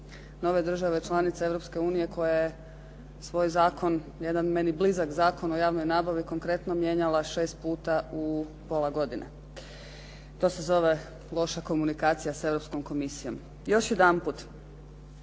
nove države članice Europske unije koja je svoj zakon, jedan meni blizak Zakon o javnoj nabavi konkretno mijenjala šest puta u pola godine. To se zove loša komunikacija sa Europskom komisijom. Još jedanput,